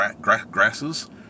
grasses